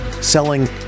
selling